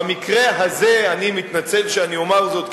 במקרה הזה אני מתנצל שאני אומר זאת,